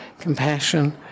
compassion